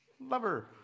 Lover